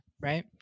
right